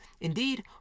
Indeed